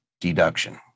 deduction